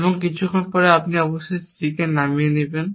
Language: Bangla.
এবং কিছুক্ষণ পরে আপনি অবশ্যই C নামিয়ে দেবেন